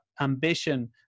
ambition